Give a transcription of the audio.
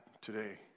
today